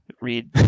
read